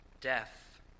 death